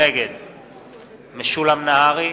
נגד משולם נהרי,